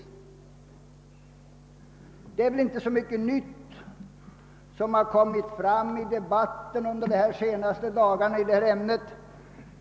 Det är väl i och för sig inte så mycket nytt som kommit fram under de. batten de senaste dagarna i det här ämnet.